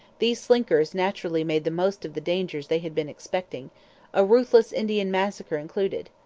these slinkers naturally made the most of the dangers they had been expecting a ruthless indian massacre included.